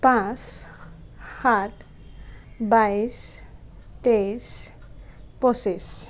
পাঁচ সাত বাইছ তেইছ পঁচিছ